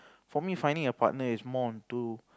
for me finding a partner is more onto